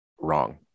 wrong